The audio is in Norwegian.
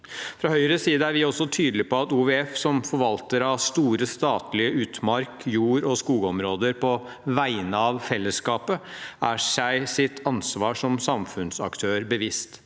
Fra Høyres side er vi også tydelige på at OVF, som forvalter av store statlige utmarks-, jord- og skogområder på vegne av fellesskapet, er seg bevisst sitt ansvar som samfunnsaktør og